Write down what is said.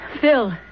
Phil